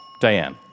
Diane